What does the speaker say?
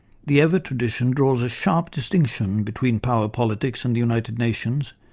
the evatt tradition draws a sharp distinction between power politics and the united nations,